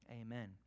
Amen